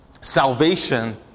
salvation